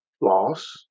loss